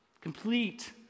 complete